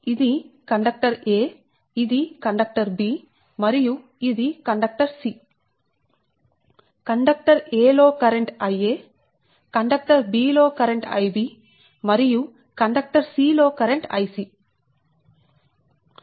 ఇది conductor a ఇది conductor b మరియు ఇది కండక్టర్ c కండక్టర్ a లో కరెంట్ Ia కండక్టర్ b లో కరెంట్ Ib మరియు కండక్టర్ c లో కరెంట్ Ic